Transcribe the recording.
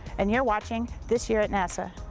and you're watching this year at nasa.